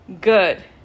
good